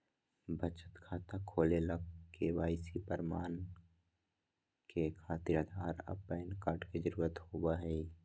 बचत खाता खोले ला के.वाइ.सी प्रमाण के खातिर आधार आ पैन कार्ड के जरुरत होबो हइ